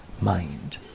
mind